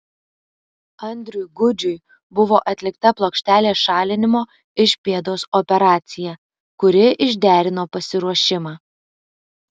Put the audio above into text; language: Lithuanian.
andriui gudžiui buvo atlikta plokštelės šalinimo iš pėdos operacija kuri išderino pasiruošimą